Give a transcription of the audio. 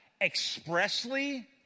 expressly